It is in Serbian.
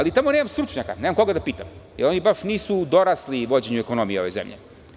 Tamo nemam stručaka, nemam koga da pitam, jer oni baš nisu dorasli vođenju ekonomije ove zemlje.